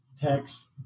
text